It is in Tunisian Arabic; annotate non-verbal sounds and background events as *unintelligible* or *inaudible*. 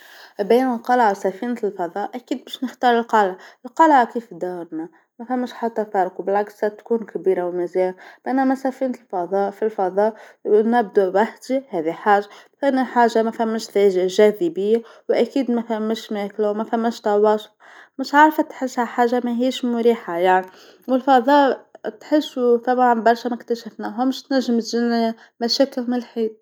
ما بين القلعه وسفينة الفضاء أكيد باش نختار القلعه، القلعه كيف دارنا، ما ثمش حتى فرق وبالعكس تتكون كبيره ومزيانه، بينما سفينة الفضاء في الفضاء نبدا وحدي هاذي حاجه، ثاني حاجه ما ثماش ذا- جاذبيه وأكيد ما ثماش ماكله وما ثماش تواصل، مش عارفه نحسها حاجه ماهيش مريحه يعني والفضاء تحسو طبعا برشا ما كتاشفناهمش. *unintelligible*